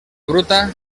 bruta